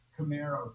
Camaro